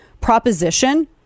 proposition